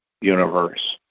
universe